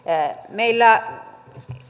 meillä